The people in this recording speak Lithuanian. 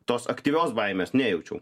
tos aktyvios baimės nejaučiau